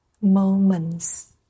moments